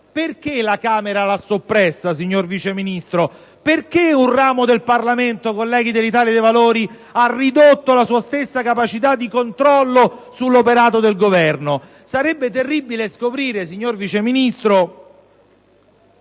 perché la Camera l'ha soppressa, signor Vice Ministro? Perché un ramo del Parlamento, colleghi dell'Italia dei Valori, ha ridotto la sua stessa capacità di controllo sull'operato del Governo? Sarebbe terribile scoprire, signor Vice Ministro,